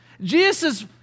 Jesus